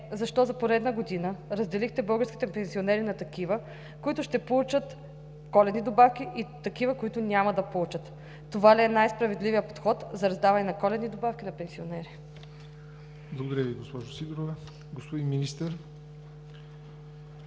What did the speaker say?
защо за поредна година разделихте българските пенсионери на такива, които ще получат коледни добавки, и такива, които няма да получат? Това ли е най-справедливият подход за раздаване на коледни добавки на пенсионери?